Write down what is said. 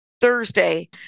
Thursday